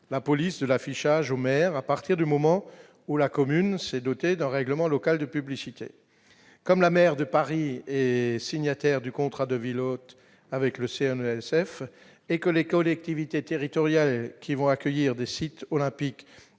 la police de l'affichage maire à partir du moment où la commune s'est dotée d'un règlement local de publicité comme la maire de Paris et signataire du contrat de ville hôte avec le CNE SF et que les collectivités territoriales qui vont accueillir des sites olympiques